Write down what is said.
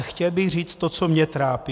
Chtěl bych říct to, co mě trápí.